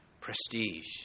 prestige